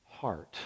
heart